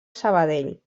sabadell